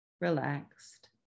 relaxed